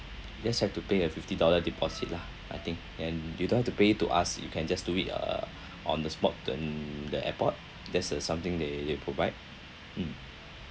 just have to pay a fifty dollar deposit lah I think and you don't have to pay it to us you can just do it uh on the spot in the airport that's uh something they they provide mm